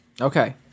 okay